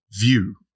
view